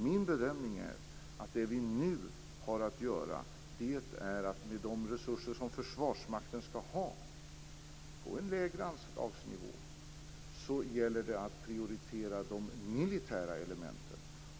Min bedömning är att det nu gäller att med de resurser som Försvarsmakten skall ha, som ligger på en lägre anslagsnivå, prioritera de militära elementen.